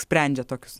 sprendžia tokius